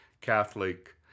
Catholic